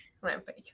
Rampage